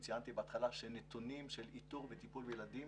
בהתחלה ציינתי שנתונים של איתור וטיפול בילדים